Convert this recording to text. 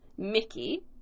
Mickey